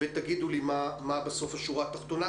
ותגידו לי מה בסוף השורה התחתונה.